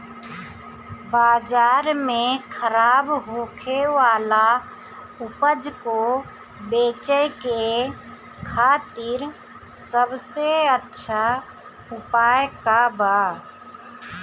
बाजार में खराब होखे वाला उपज को बेचे के खातिर सबसे अच्छा उपाय का बा?